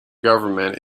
government